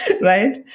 right